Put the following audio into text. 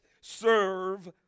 Serve